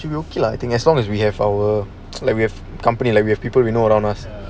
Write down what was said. I think okay lah as long as we have our like we have company like we have people we know around us